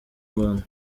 rwanda